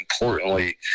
importantly